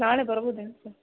ನಾಳೆ ಬರ್ಬೋದೇನು ಸರ್